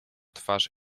twarz